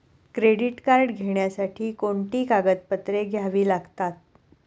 Credit card घेण्यासाठी कोणती कागदपत्रे घ्यावी लागतात?